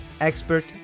expert